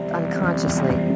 unconsciously